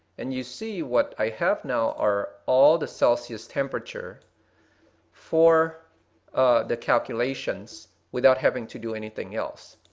and you see what i have now are all the celsius temperature for the calculations without having to do anything else.